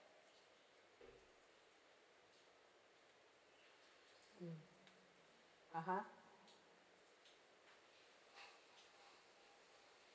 mm a'ah